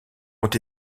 ont